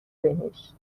بهش